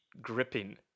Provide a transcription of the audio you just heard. gripping